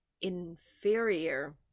inferior